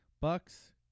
Bucks